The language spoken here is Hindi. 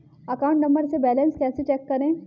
अकाउंट नंबर से बैलेंस कैसे चेक करें?